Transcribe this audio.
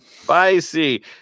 Spicy